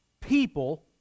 People